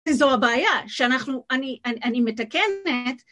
זו הבעיה שאנחנו, אני אני מתקנת.